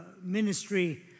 ministry